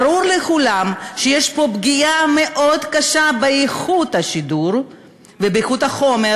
ברור לכולם שיש פה פגיעה מאוד קשה באיכות השידור ובאיכות החומר,